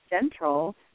central